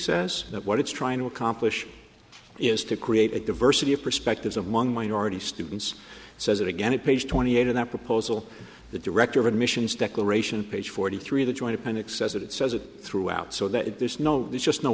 says that what it's trying to accomplish is to create a diversity of perspectives among minority students says it again it page twenty eight and that proposal the director of admissions declaration page forty three of the joint appendix says that it says it throughout so that there's no there's just no